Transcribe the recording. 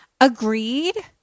Agreed